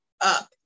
up